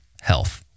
health